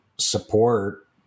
support